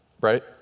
right